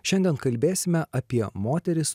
šiandien kalbėsime apie moteris